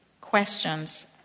questions